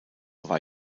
war